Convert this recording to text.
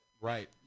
right